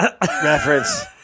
reference